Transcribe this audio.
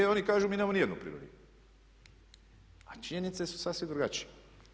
I oni kažu mi nemamo niti jednu privilegiju a činjenice su sasvim drugačije.